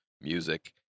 music